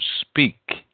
speak